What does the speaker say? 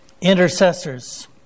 intercessors